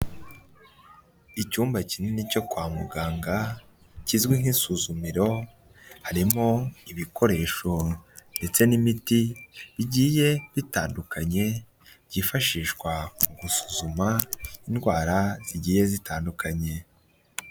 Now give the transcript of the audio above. Icyumba kinini cyo kwa muganga kizwi nk'isuzumiro, harimo ibikoresho ndetse n'imiti igiye bitandukanye byifashishwa mu gusuzuma indwara zigiye zitandukanye.